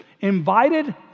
invited